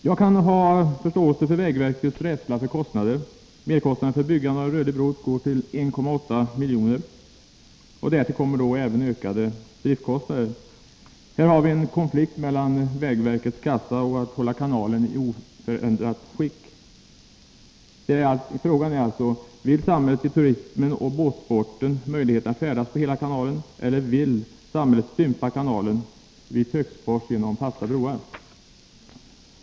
Jag har förståelse för vägverkets rädsla för kostnader. Merkostnaden för byggande av rörlig bro uppgår till 1,8 milj.kr. Därtill kommer även ökade driftkostnader. Här har vi en konflikt mellan vägverkets kassa och önskemålet att hålla kanalen i oförändrat skick. Vill samhället ge turismen och båtsporten möjligheter att färdas på hela kanalen eller vill samhället stympa kanalen vid Töcksfors genom fasta broar?